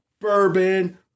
Bourbon